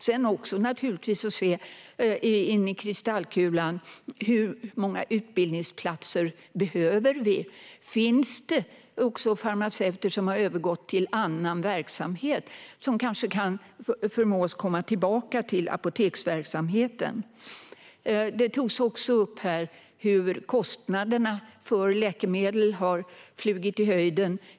Sedan får vi naturligtvis se in i kristallkulan när det gäller hur många utbildningsplatser vi behöver. Finns det också farmaceuter som har övergått till annan verksamhet och som kanske kan förmås att komma tillbaka till apoteksverksamheten? Det togs också upp här hur kostnaderna för läkemedel har skjutit i höjden.